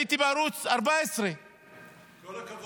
הייתי בערוץ 14 -- כל הכבוד.